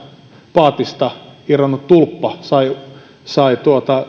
paatista irronnut tulppa sai sai